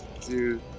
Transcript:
Dude